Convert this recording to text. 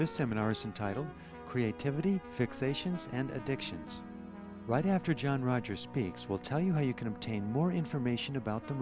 this seminar some titled creativity fixations and addictions right after john rogers speaks we'll tell you how you can obtain more information about the